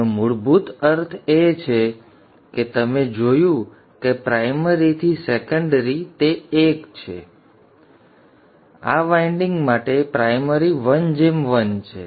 તેનો મૂળભૂત અર્થ એ છે કે તમે જોયું કે પ્રાઇમરીથી સેકન્ડરી તે ૧ છે n આ વાઇન્ડિંગ માટે પ્રાઇમરી ૧ ૧ છે